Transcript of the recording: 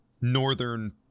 northern